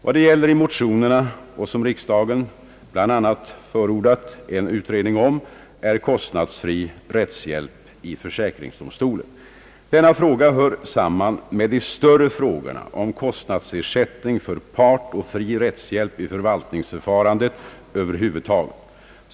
Vad det gäller i motionerna och som riksdagen bl.a. förordat en utredning om är kostnadsfri rättshjälp i försäkringsdomstolen. Denna fråga hör samman med de större frågorna om kostnadsersättning för part och fri rättshjälp i förvaltningsförfarandet över huvud taget.